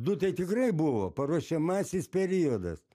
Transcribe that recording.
du tai tikrai buvo paruošiamasis periodas